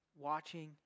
watching